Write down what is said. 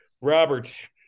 Robert